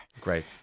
Great